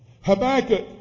Habakkuk